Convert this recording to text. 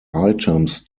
items